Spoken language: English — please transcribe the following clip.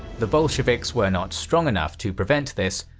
the bolsheviks were not strong enough to prevent this,